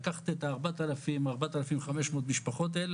לקחת את ה-4,500 משפחות האלה,